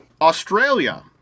Australia